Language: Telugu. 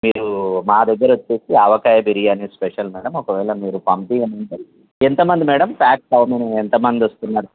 మీరూ మా దగ్గర వచ్చేసి ఆవకాయ బిర్యాని స్పెషల్ మేడం ఒకవేళ మీరు పంపించమంటే ఎంతమంది మేడం ప్యాక్స్ హౌ మెనీ ఎంత మంది వస్తున్నారు